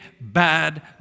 bad